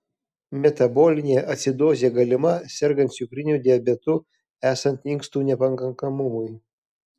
metabolinė acidozė galima sergant cukriniu diabetu esant inkstų nepakankamumui